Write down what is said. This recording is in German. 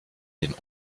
den